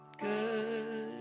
good